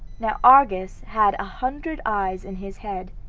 now argus had a hundred eyes in his head,